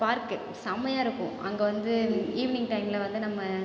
park சம்மையாக இருக்கும் அங்கே வந்து ஈவினிங் டைமில் வந்து நம்ம